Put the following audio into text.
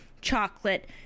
chocolate